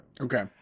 Okay